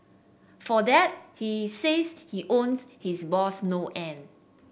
for that he says he owes his boss no end